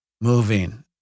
moving